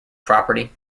property